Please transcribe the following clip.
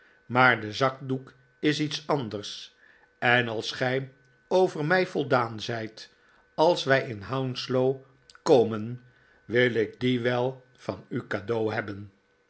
maar de zakdoek is iets anders en als gij over mij voldaan zijt als wij in hounslow ko men wil ik dien wel van u cadeau hebben